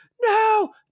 no